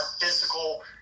physical